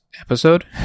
episode